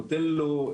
נותן לו,